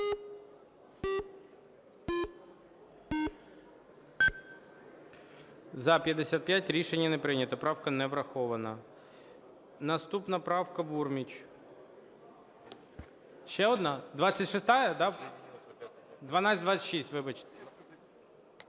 За-55 Рішення не прийнято. Правка не врахована. Наступна правка Бурміч. Ще одна? 26-а, да? 1226, вибачте.